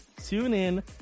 TuneIn